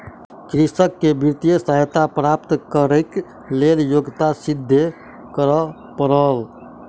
कृषक के वित्तीय सहायता प्राप्त करैक लेल योग्यता सिद्ध करअ पड़ल